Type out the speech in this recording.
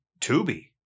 Tubi